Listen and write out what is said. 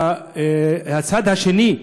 שהצד השני,